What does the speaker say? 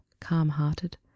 calm-hearted